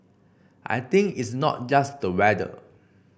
I think it's not just the weather